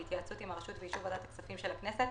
בהתייעצות עם הרשות ובאישור ועדת הכספים של הכנסת,